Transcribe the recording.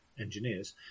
engineers